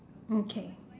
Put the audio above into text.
okay